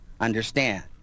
understand